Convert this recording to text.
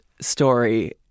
story